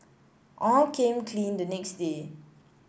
all came clean the next day